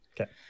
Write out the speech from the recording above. Okay